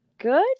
Good